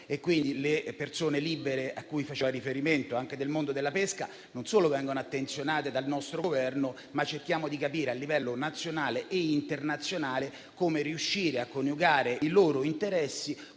Quindi le persone libere, quelle a cui faceva riferimento, anche del mondo della pesca, non solo vengono attenzionate dal nostro Governo, ma cerchiamo di capire a livello nazionale e internazionale come riuscire a coniugare i loro interessi